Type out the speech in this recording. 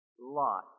Lot